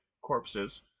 corpses